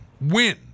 Win